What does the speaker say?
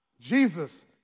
Jesus